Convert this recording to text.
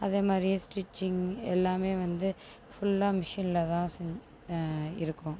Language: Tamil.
அதேமாதிரி ஸ்டிச்சிங் எல்லாமே வந்து ஃபுல்லாக மிஷினில் தான் இருக்கும்